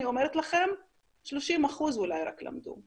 אני אומרת לכם ש-30% אולי רק למדו,